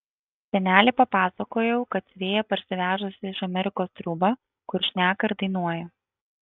senelei papasakojau kad siuvėja parsivežus iš amerikos triūbą kur šneka ir dainuoja